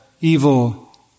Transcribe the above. evil